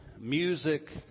music